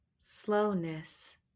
slowness